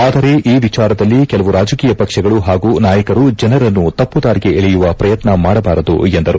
ಆದರೆ ಈ ವಿಚಾರದಲ್ಲಿ ಕೆಲವು ರಾಜಕೀಯ ಪಕ್ಷಗಳು ಹಾಗೂ ನಾಯಕರು ಜನರನ್ನು ತಪ್ಪು ದಾರಿಗೆ ಎಳೆಯುವ ಪ್ರಯತ್ನ ಮಾಡಬಾರದು ಎಂದರು